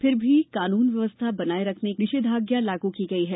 फिर भी कानून व्यवस्था बनाए रखने के लिए निषेधाज्ञा लागू की गई है